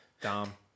Dom